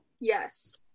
Yes